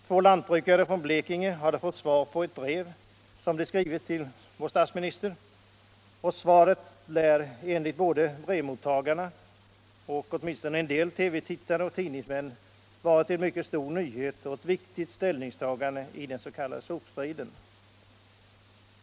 Två lantbrukare från Blekinge hade fått svar på ett brev som de skrivit till statsminister Palme. Svaret lär enligt såväl brevmottagarna som åtminstone en del TV-tittare och tidningsmän har varit en mycket stor nyhet och inneburit ett viktigt ställningstagande i den s.k. sopstriden.